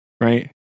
right